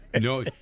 No